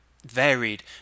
varied